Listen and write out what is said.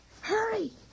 Hurry